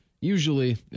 usually